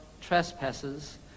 trespasses